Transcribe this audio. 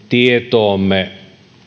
tietoomme